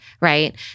right